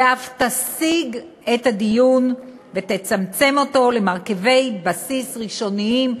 ואף תסיג את הדיון ותצמצם אותו למרכיבי בסיס ראשוניים,